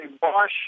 Bosch